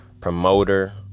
promoter